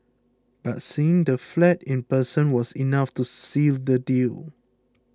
but seeing the flat in person was enough to seal the deal